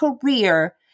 career